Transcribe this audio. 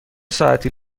ساعتی